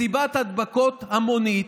מסיבת הדבקות המונית,